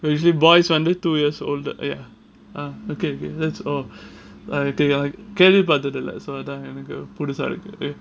usually boys வந்து:vandhu two years older ah ya ah okay that's all கேள்வி பட்டது இல்ல அதான் எனக்கு புதுசா இருக்கு:kelvipatathilla adhan enaku pudhusa iruku